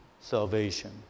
salvation